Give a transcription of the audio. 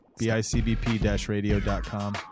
bicbp-radio.com